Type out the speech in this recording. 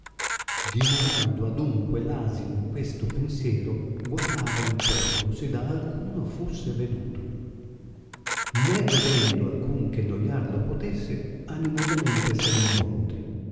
dimorando adunque l'asino in questo pensiero guatava intorno se da alcuno fusse veduto né vedendo alcuno che noiar lo potesse animosamente sali il monte